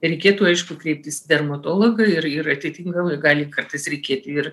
reikėtų aišku kreiptis dermatologą ir ir atitinkamai gali kartais reikėti ir